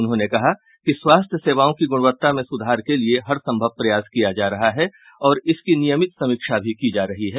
उन्होंने कहा कि स्वास्थ्य सेवाओं की गुणवत्ता में सुधार के लिये हर संभव प्रयास किया जा रहा है और इसकी नियमित समीक्षा भी की जा रही है